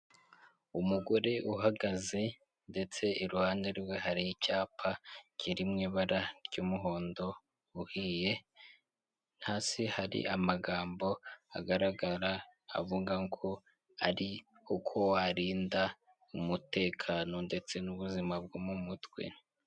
Umugore uhagaze ndetse iruhande rwe hari icyapa kiri mu ibara ry'umuhondo uhiye hasi hari amagambo agaragara avuga ko ari uko warinda umutekano ndetse n'ubuzima bwo mu mutwe.